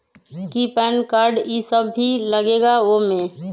कि PAN card इ सब भी लगेगा वो में?